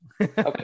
Okay